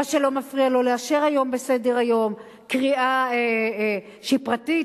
מה שלא מפריע לו לאשר היום בסדר-היום קריאה שהיא פרטית,